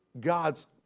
God's